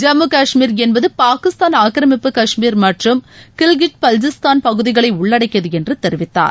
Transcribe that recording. ஜம்மு காஷ்மீர் என்பது பாகிஸ்தான் ஆக்கிரமிப்பு காஷ்மீர் மற்றும் கில்ஜித் பல்ஜிஸ்தான் பகுதிகளை உள்ளடக்கியது என்று தெரிவித்தார்